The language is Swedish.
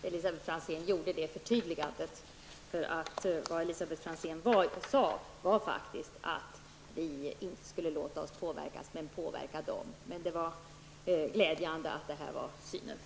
Herr talman! Det var trevligt att Elisabet Franzén gjorde detta förtydligande. Elisabet Franzén sade nämligen att vi inte skulle låta oss påverkas men själva påverka EG.